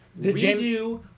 redo